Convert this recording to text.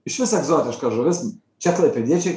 išvis egzotiška žuvis čia klaipėdiečiai